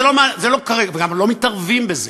זה לא מעניין כרגע ואנחנו לא מתערבים בזה.